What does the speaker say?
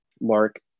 Mark